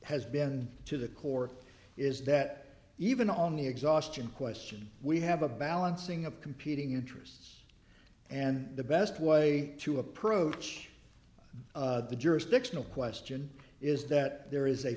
has been to the core is that even on the exhaustion question we have a balancing of competing interests and the best way to approach the jurisdictional question is that there is a